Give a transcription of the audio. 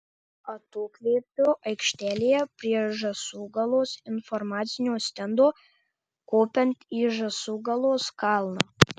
atokvėpio aikštelėje prie žąsūgalos informacinio stendo kopiant į žąsūgalos kalną